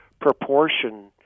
proportion